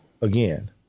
again